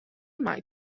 mai